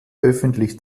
öffentlich